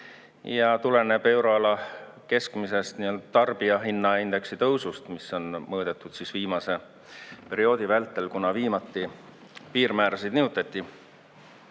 ja tuleneb euroala keskmisest tarbijahinnaindeksi tõusust, mida on mõõdetud viimase perioodi vältel, kuna viimati piirmäärasid nihutati.